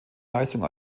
leistung